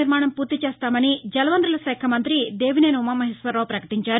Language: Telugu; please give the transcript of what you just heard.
నిర్మాణం పూర్తి చేస్తామని రాష్ట జలవనరుల శాఖ మంత్రి దేవినేని ఉమామహేశ్వరరావు ప్రపకటించారు